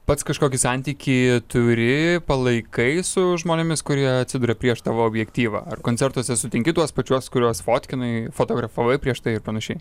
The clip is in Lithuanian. pats kažkokį santykį turi palaikai su žmonėmis kurie atsiduria prieš tavo objektyvą ar koncertuose sutinki tuos pačiuos kuriuos fotkinai fotografavai prieš tai ir panašiai